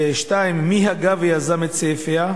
2. מי הגה ויזם את סעיפי התוכנית?